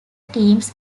teams